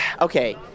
Okay